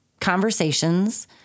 conversations